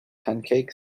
pancakes